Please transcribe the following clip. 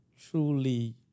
truly